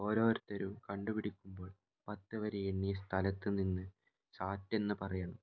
ഓരോരുത്തരും കണ്ടുപിടിക്കുമ്പോൾ പത്ത് വരെ എണ്ണിയ സ്ഥലത്ത് നിന്ന് സാറ്റെന്ന് പറയണം